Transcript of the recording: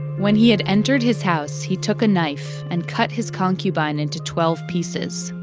when he had entered his house, he took a knife, and cut his concubine into twelve pieces,